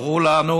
ואמרו לנו,